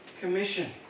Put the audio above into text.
commission